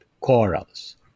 corals